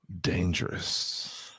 Dangerous